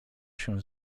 się